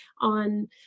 on